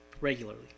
regularly